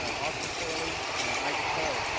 austin corley and isaac poe.